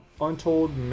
Untold